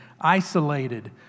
isolated